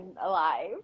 alive